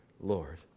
Lord